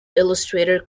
illustrator